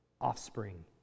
offspring